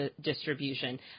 distribution